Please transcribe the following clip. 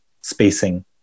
spacing